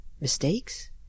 Mistakes